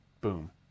boom